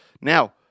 Now